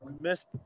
missed –